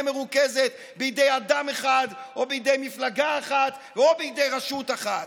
מרוכזת בידי אדם אחד או בידי מפלגה אחת או בידי רשות אחת.